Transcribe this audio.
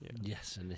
Yes